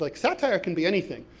like satire can be anything.